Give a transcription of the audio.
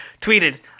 tweeted